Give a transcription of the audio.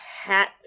hat